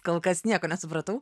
kol kas nieko nesupratau